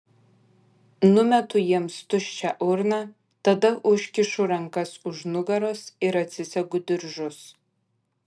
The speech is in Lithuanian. numetu jiems tuščią urną tada užkišu rankas už nugaros ir atsisegu diržus